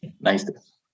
nice